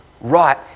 right